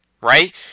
Right